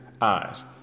eyes